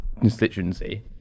constituency